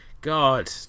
God